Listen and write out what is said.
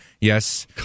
Yes